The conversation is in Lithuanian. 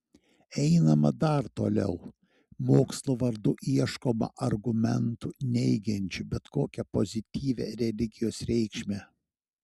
einama dar toliau mokslo vardu ieškoma argumentų neigiančių bet kokią pozityvią religijos reikšmę